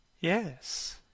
Yes